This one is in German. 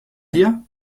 dir